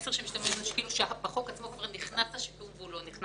מסר שבחוק כבר נכנס השיקום, אבל הוא לא נכנס.